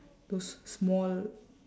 those small